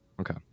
Okay